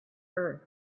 earth